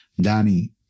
Danny